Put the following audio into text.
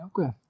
Okay